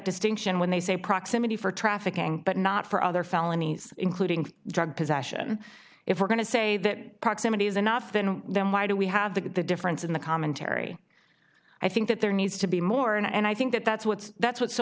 distinction when they say proximity for trafficking but not for other felonies including drug possession if we're going to say that proximity is enough then then why do we have that the difference in the commentary i think that there needs to be more and i think that that's what's that's what's so